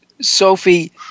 Sophie